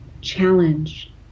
challenge